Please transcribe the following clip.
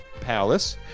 Palace